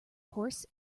horse